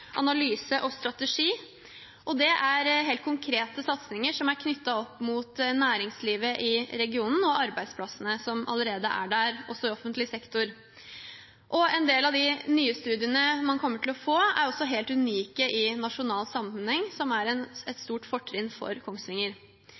analyse og strategi. Det er helt konkrete satsinger som er knyttet opp mot næringslivet i regionen og arbeidsplassene som allerede er der, også i offentlig sektor. En del av de nye studiene man kommer til å få, er også helt unike i nasjonal sammenheng, noe som er et stort fortrinn for Kongsvinger, og det er helt avgjørende med en